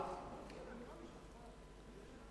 מה קרה?